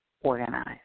organized